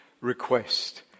request